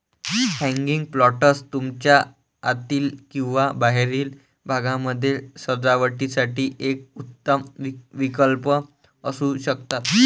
hanging planters तुमच्या आतील किंवा बाहेरील भागामध्ये सजावटीसाठी एक उत्तम विकल्प असू शकतात